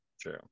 true